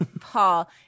Paul